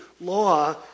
law